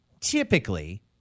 typically